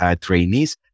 trainees